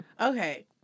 Okay